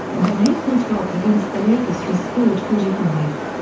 and on april twelve against the lakers he scored forty five.